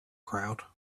crowd